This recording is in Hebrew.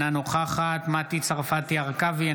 אינה נוכחת מטי צרפתי הרכבי,